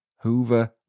Hoover